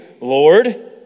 Lord